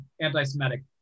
anti-Semitic